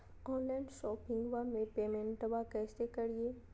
Online शोपिंगबा में पेमेंटबा कैसे करिए?